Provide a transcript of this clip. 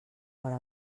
hora